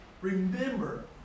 Remember